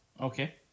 Okay